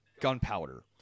gunpowder